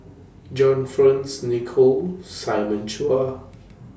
John Fearns Nicoll Simon Chua